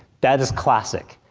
that is classic.